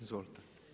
Izvolite.